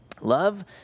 Love